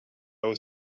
was